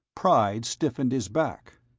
pride stiffened his back.